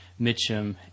Mitchum